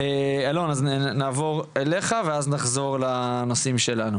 נעבור אליך, ח"כ אלון טל, בבקשה.